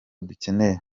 dukeneye